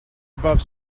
above